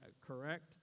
correct